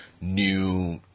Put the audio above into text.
new